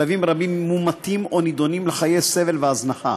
כלבים רבים מומתים או נידונים לחיי סבל והזנחה.